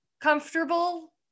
comfortable